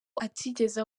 atigeze